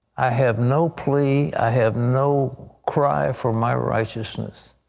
i have no plea. i have no cry for my righteousness.